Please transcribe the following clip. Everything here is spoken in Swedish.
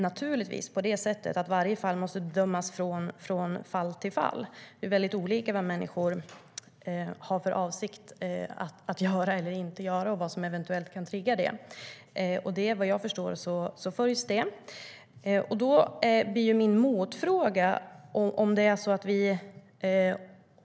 Naturligtvis måste varje fall bedömas enskilt. Det är olika vad människor har för avsikt att göra eller inte göra och vad som eventuellt kan trigga dem. Vad jag förstår sker kontrollerna.